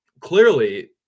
clearly